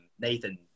Nathan